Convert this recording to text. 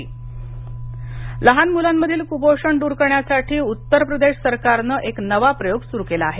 उत्तर प्रदेश गाई लहान मुलांमधील कुपोषण दूर करण्यासाठी उत्तर प्रदेश सरकारनं एक नवा प्रयोग सुरू केला आहे